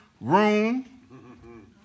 room